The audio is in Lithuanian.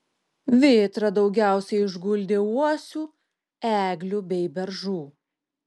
vėtra daugiausiai išguldė uosių eglių bei beržų